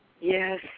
Yes